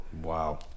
Wow